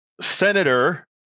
Senator